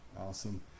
Awesome